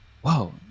whoa